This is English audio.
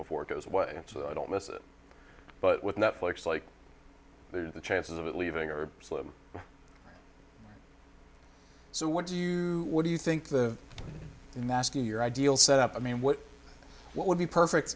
before it goes away so i don't miss it but with netflix like they are the chances of it leaving are slim so what do you what do you think the mask in your ideal set up i mean what what would be perfect